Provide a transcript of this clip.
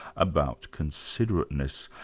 about considerateness.